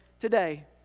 today